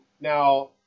Now